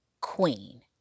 queen